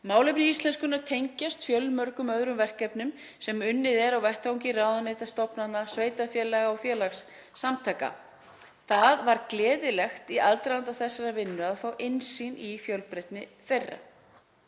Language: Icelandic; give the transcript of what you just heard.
Málefni íslenskunnar tengjast fjölmörgum öðrum verkefnum sem unnið er að á vettvangi ráðuneyta, stofnana, sveitarfélaga og félagasamtaka. Það var gleðilegt í aðdraganda þessarar vinnu að fá innsýn í fjölbreytni þeirra.